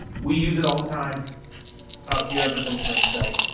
we use it all the time out here on the post frame site